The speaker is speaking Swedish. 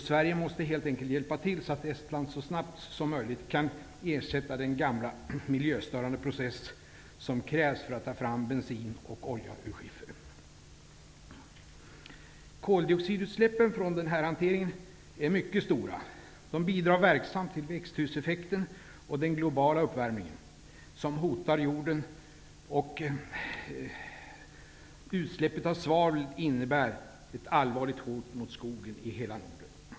Sverige måste helt enkelt hjälpa till så att Estland så snabbt som möjligt kan ersätta den gamla miljöförstörande process som krävs för att ta fram bensin och olja ur skiffer. Koldioxidutsläppen från den här hanteringen är mycket stora. De bidrar verksamt till växthuseffekten och den globala uppvärmning som hotar jorden. Utsläppet av svavel innebär ett allvarligt hot mot skogen i hela Norden.